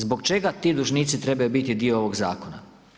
Zbog čega ti dužnici trebaju biti dio ovog zakona?